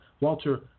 Walter